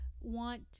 want